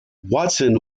watson